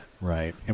Right